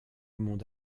monde